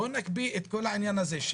בואו נקפיא את כל העניין הזה,